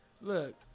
Look